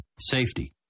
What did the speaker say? Safety